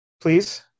please